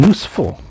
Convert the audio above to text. Useful